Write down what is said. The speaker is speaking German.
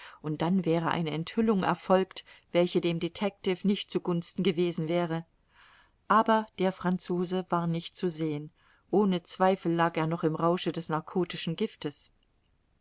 und dann wäre eine enthüllung erfolgt welche dem detectiv nicht zu gunsten gewesen wäre aber der franzose war nicht zu sehen ohne zweifel lag er noch im rausche des narkotischen giftes